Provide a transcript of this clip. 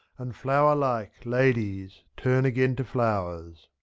and flower-like ladies turn again to flowers.